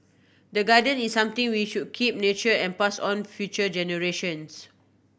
the garden is something we should keep nurture and pass on future generations